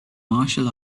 martial